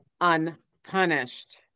unpunished